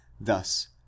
thus